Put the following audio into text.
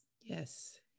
Yes